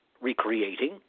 recreating